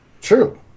True